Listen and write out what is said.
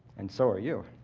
and so are you.